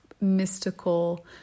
mystical